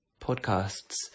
podcasts